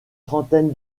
trentaine